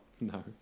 No